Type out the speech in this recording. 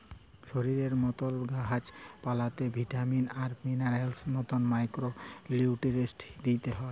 শরীরের মতল গাহাচ পালাতেও ভিটামিল আর মিলারেলসের মতল মাইক্রো লিউট্রিয়েল্টস দিইতে হ্যয়